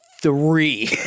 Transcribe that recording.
three